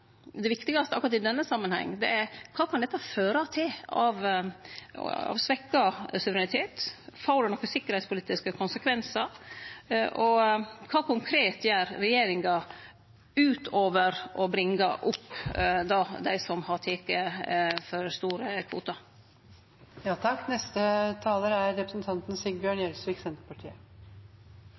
Kva kan dette føre til av svekt suverenitet? Får det sikkerheitspolitiske konsekvensar? Og kva konkret gjer regjeringa utover å bringe opp dei som har teke for store